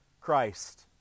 Christ